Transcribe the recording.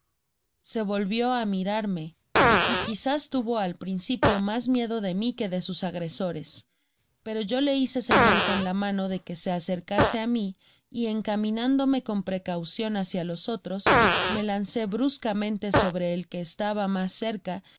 se volvio á mirarme y quizás tuvo al principio mas miedode mi que de sus agresores pero yo le hice señal con la mano de que se acercase á mi y encaminándome con precaucion hácia los otros me lancé bruscamente sobre el que estaba mas cerca